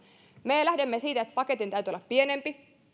me lähdemme siitä että paketin täytyy olla pienempi